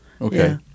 Okay